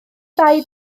ddau